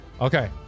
okay